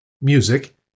music